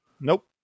nope